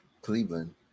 Cleveland